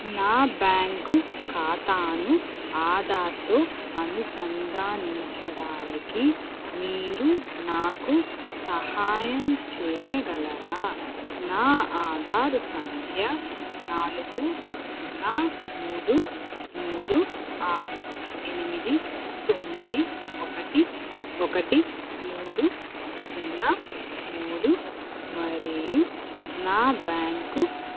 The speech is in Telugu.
నా బ్యాంకు ఖాతాను ఆధార్తో అనుసంధానించడానికి మీరు నాకు సహాయం చెయ్యగలరా నా ఆధార్ సంఖ్య నాలుగు సున్నా మూడు మూడు ఆరు ఎనిమిది తొమ్మిది ఒకటి ఒకటి మూడు సున్నా మూడు మరియు నా బ్యాంకు